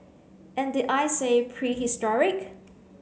and did I say prehistoric